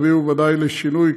הן בוודאי יביאו לשינוי,